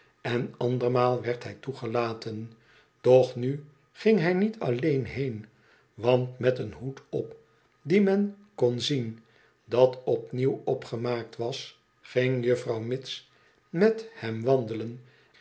en andermaal werd hij toegelaten doch nu ging hij niet alleen heen want met een hoed op die men kon zien dat opnieuw opgemaakt was ging juffrouw mitts met hem wandelen